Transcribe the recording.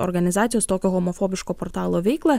organizacijos tokio homofobiško portalo veiklą